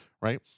Right